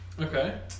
Okay